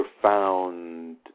profound